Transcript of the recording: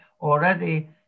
already